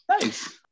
Nice